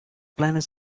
planet